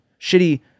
shitty